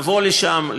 לבוא לשם,